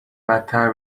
بدتر